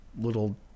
little